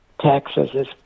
taxes